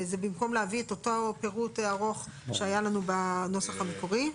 זה במקום להביא את אותו פירוט ארוך שהיה לנו בנוסח המקורי.